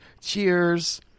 cheers